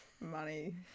money